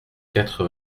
quatre